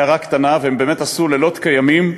הערה קטנה, והם באמת עשו לילות כימים.